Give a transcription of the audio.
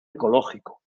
ecológico